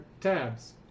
tabs